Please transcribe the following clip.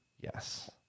Yes